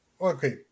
Okay